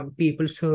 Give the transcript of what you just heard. people's